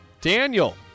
Daniel